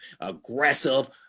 aggressive